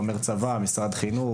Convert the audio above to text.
כמו צבא או משרד החינוך?